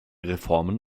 reformen